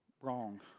wrong